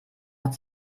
hat